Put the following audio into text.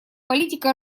политика